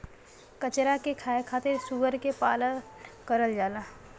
कचरा के खाए खातिर सूअर के पालन करल जाला